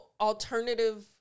alternative